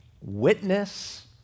witness